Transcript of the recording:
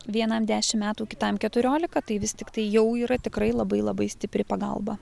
vienam dešim metų kitam keturiolika tai vis tiktai jau yra tikrai labai labai stipri pagalba